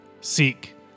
seek